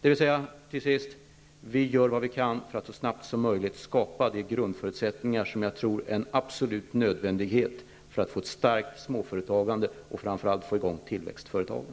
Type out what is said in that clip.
Till sist, vi gör vad vi kan för att så snabbt som möjligt skapa de grundförutsättningar som jag tror är en absolut nödvändighet för att få ett starkt småföretagande och framför allt för att få i gång tillväxtföretagen.